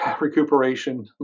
recuperation